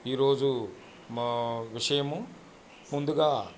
ఈరోజు విషయము ముందుగా